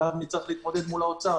ואז נצטרך להתמודד מול האוצר.